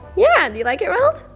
yeah do you like it ronald?